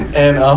and, um,